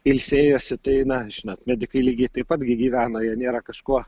ilsėjosi tai na žinot medikai lygiai taip pat gi gyvena jie nėra kažkuo